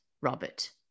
Robert